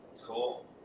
cool